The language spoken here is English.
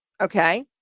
Okay